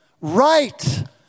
right